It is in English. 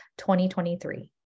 2023